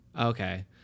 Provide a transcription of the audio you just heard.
Okay